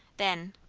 then,